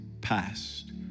past